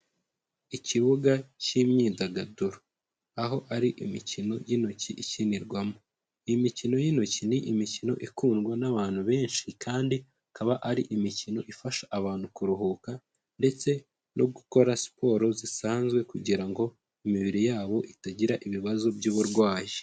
Ikibuga cy'imyidagaduro. Aho ari imikino y'intoki ikinirwamo. Imikino y'intoki ni imikino ikundwa n'abantu benshi, kandi ikaba ari imikino ifasha abantu kuruhuka, ndetse no gukora siporo zisanzwe kugira ngo, imibiri yabo itagira ibibazo by'uburwayi.